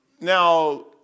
now